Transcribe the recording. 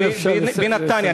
אם אפשר לסיים.